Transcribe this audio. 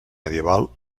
medieval